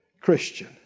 Christian